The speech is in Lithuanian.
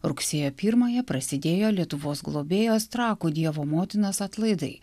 rugsėjo pirmąją prasidėjo lietuvos globėjos trakų dievo motinos atlaidai